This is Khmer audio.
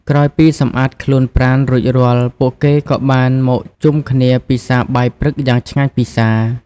ក្រោយពីសម្អាតខ្លួនប្រាណរួចរាល់ ពួកគេក៏បានមកជុំគ្នាពិសាបាយព្រឹកយ៉ាងឆ្ងាញ់ពិសា។